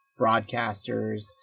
broadcasters